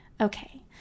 Okay